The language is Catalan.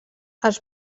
els